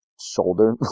shoulder